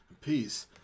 Peace